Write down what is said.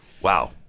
Wow